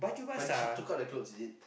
but did she took out the clothes is it